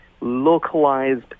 localized